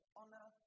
honor